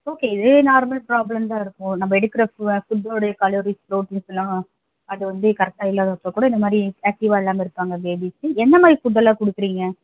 okay இதே normal problem தான் இருக்கும் நம்ம எடுக்கிற ஃபுட்டுடைய கலோரிஸ் புரோட்டீன்ஸ்ஸெல்லாம் அது வந்து கரெக்டாக இல்லாதப்போ கூட இந்தமாதிரி ஆக்ட்டிவாக இல்லாமல் இருப்பாங்க பேபிஸ்ஸு என்னமாதிரி ஃபுட்டெல்லாம் கொடுக்குறீங்க